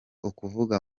ukuvuga